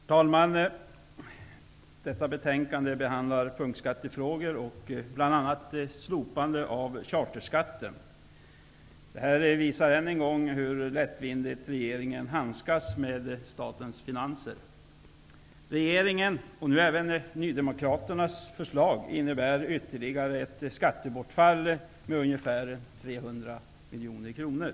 Herr talman! I detta betänkande behandlas punktskattefrågor. Det gäller bl.a. slopandet av charterskatten. Än en gång visar man hur lättvindigt regeringen handskas med statens finanser. Regeringens, och nu även Nydemokraternas förslag, innebär ytterligare ett skattebortfall om ungefär 300 miljoner kronor.